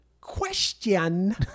Question